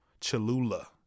Cholula